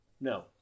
No